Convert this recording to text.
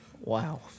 Wow